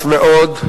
ישמעו, ורבותי,